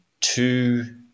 two